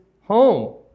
home